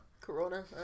Corona